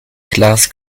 glas